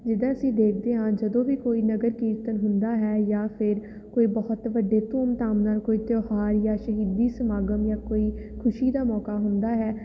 ਜਿੱਦਾਂ ਅਸੀਂ ਦੇਖਦੇ ਹਾਂ ਜਦੋਂ ਵੀ ਕੋਈ ਨਗਰ ਕੀਰਤਨ ਹੁੰਦਾ ਹੈ ਜਾਂ ਫਿਰ ਕੋਈ ਬਹੁਤ ਵੱਡੇ ਧੂਮ ਧਾਮ ਨਾਲ ਕੋਈ ਤਿਉਹਾਰ ਜਾਂ ਸ਼ਹੀਦੀ ਸਮਾਗਮ ਜਾਂ ਕੋਈ ਖੁਸ਼ੀ ਦਾ ਮੌਕਾ ਹੁੰਦਾ ਹੈ